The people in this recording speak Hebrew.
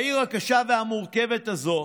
בעיר הקשה והמורכבת הזאת,